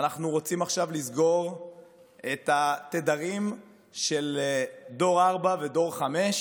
אנחנו רוצים עכשיו לסגור את התדרים של דור 4 ודור 5,